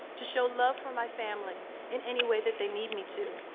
to show love for my family in any way that they need me to.